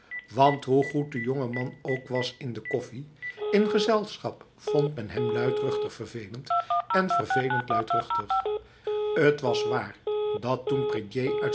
want hoe goed de jongeman ook was in de koffie in gezelschap vond hij hem luidruchtig vervelend en vervelend luidruchtig het was waar dat toen prédier